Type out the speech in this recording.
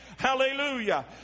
Hallelujah